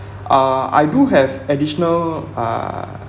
uh I do have additional uh